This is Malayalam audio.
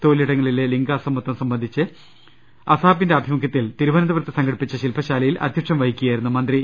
തൊഴിലിടങ്ങളിലെ ലിംഗസമത്വം സംബന്ധിച്ച് അസാപിന്റെ ആഭി മുഖ്യത്തിൽ തിരുവനന്തപുരത്ത് സംഘടിപ്പിച്ച ശില്പശാലയിൽ അധ്യക്ഷം വഹിക്കുകയായിരുന്നു മന്ത്രി